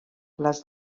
les